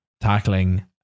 tackling